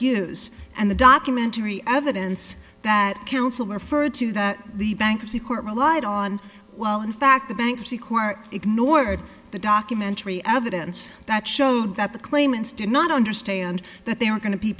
use and the documentary evidence that counselor fir to that the bankruptcy court relied on well in fact the bankruptcy court ignored the documentary evidence that showed that the claimants did not understand that they were going to be